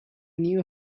new